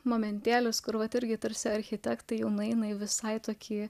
momentėlis kur vat irgi tarsi architektai jaunai visai tokie